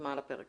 ומה על הפרק.